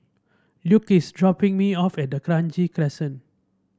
Luke is dropping me off at Kranji Crescent